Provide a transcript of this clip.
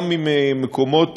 גם ממקומות